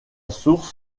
source